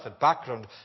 background